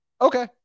okay